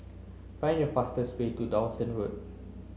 find the fastest way to Dawson Road